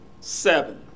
seven